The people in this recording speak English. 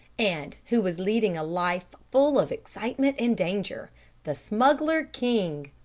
and who was leading a life full of excitement and danger the smuggler king!